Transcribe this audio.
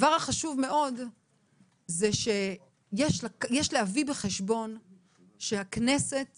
יש להביא בחשבון שלוועדות הכנסת